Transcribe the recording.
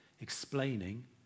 explaining